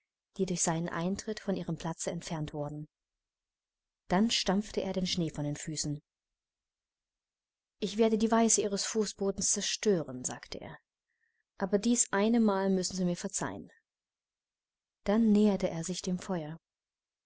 die durch seinen eintritt von ihrem platze entfernt worden dann stampfte er den schnee von den füßen ich werde die weiße ihres fußbodens zerstören sagte er aber dies eine mal müssen sie mir verzeihen dann näherte er sich dem feuer